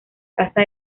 casa